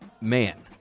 man